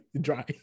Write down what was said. Dry